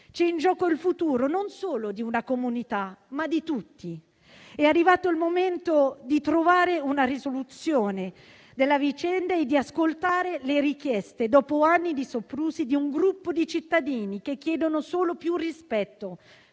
È in gioco il futuro non solo di una comunità, ma di tutti. È arrivato il momento di trovare una soluzione della vicenda e di ascoltare, dopo anni di soprusi, le richieste di un gruppo di cittadini che chiede solo più rispetto